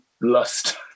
lust